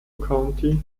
county